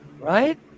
Right